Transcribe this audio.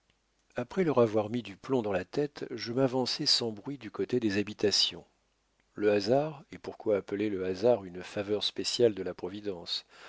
après leur avoir mis du plomb dans la tête je m'avançai sans bruit du côté des habitations le hasard et pourquoi appeler le hasard une faveur spéciale de la providence